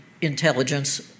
intelligence